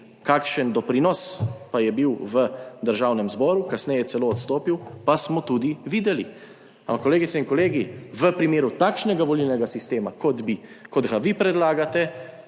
kakšen doprinos pa je bil v Državnem zboru, kasneje je celo odstopil, pa smo tudi videli. Ampak kolegice in kolegi, v primeru takšnega volilnega sistema, kot bi, kot ga vi predlagate